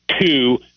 two